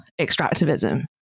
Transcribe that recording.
extractivism